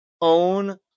own